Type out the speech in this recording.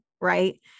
Right